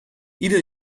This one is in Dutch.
ieder